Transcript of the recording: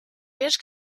wiesz